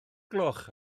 gloch